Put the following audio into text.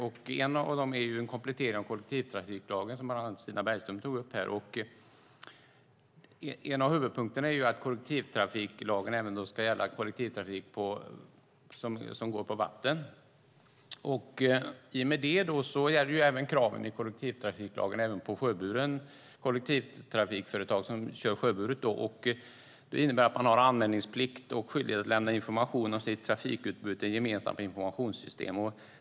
En sådan sak är kompletteringen av kollektivtrafiklagen, något som bland andra Stina Bergström här tagit upp. En av huvudpunkterna är att kollektivtrafiklagen ska gälla även kollektivtrafik på vatten. I och med det gäller kraven i kollektivtrafiklagen även för kollektivtrafikföretag som kör sjöburet. Det innebär att man har anmälningsplikt och också skyldighet att lämna information om sitt trafikutbud till ett gemensamt informationssystem.